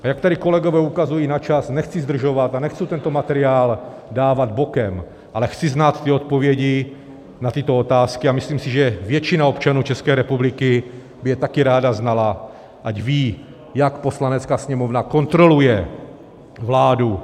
A jak tady kolegové ukazují na čas, nechci zdržovat a nechci tento materiál dávat bokem, ale chci znát odpovědi na tyto otázky a myslím si, že většina občanů České republiky by je taky ráda znala, ať ví, jak Poslanecká sněmovna kontroluje vládu.